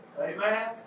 Amen